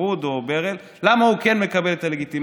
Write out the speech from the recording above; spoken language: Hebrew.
פרהוד או ברל, למה הוא כן מקבל את הלגיטימציה?